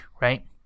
right